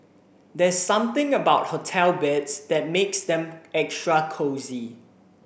there's something about hotel beds that makes them extra cosy